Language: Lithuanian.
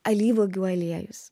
alyvuogių aliejus